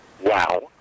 wow